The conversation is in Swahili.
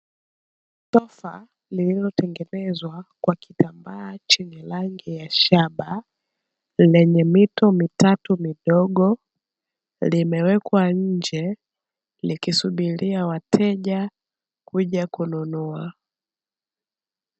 Sofa lililotengenezwa kwa kitambaa chenye rangi ya shaba, lenye mito mitatu midogo limewekwa nje, likisubiria wateja kuja kununua.